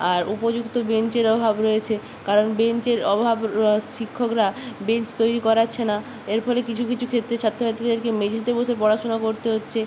আর উপযুক্ত বেঞ্চের অভাব রয়েছে কারণ বেঞ্চের অভাব র্ শিক্ষকরা বেঞ্চ তৈরি করাচ্ছে না এর ফলে কিছু কিছু ক্ষেত্রে ছাত্র ছাত্রীদেরকে মেঝেতে বসে পড়াশুনা করতে হচ্ছে